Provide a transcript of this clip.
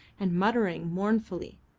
and muttering mournfully.